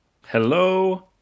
Hello